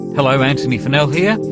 hello, antony funnell here,